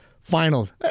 Finals